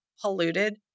polluted